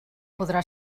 podrà